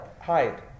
hide